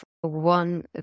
one